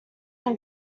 can